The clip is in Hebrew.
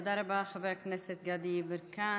תודה רבה, חבר הכנסת גדי יברקן.